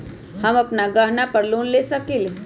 हम अपन गहना पर लोन ले सकील?